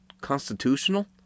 constitutional